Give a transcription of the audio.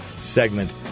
segment